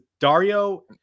Dario